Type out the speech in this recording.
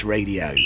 Radio